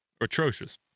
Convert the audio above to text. atrocious